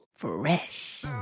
Fresh